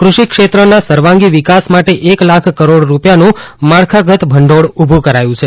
કૃષિ ક્ષેત્રના સર્વાગી વિકાસ માટે એક લાખ કરોડ રૂપીયાનું માળખાગત ભંડોળ ઉભુ કરાયું છે